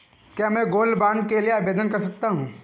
क्या मैं gold bond के लिए आवेदन कर सकता हूं?